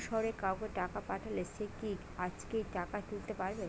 অন্য শহরের কাউকে টাকা পাঠালে সে কি আজকেই টাকা তুলতে পারবে?